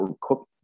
cook